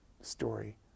story